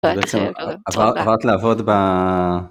בעצם עברת לעבוד ב...